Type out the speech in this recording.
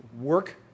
work